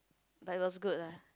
but it was good lah